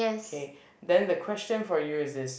okay then the question for you is this